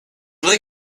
vrai